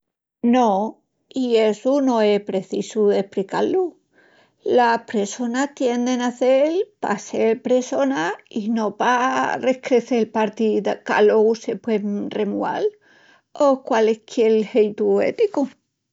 No, i essu no es precisu d'espricá-lu, las pressonas tien de nacel pa sel pressonas i no pa rescrecel partis qu'alogu se puean remual o qualisquiel jeitu éticu.